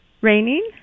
Raining